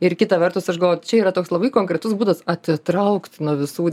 ir kita vertus aš galvoju čia yra toks labai konkretus būdas atitraukt nuo visų